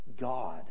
God